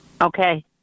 Okay